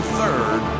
third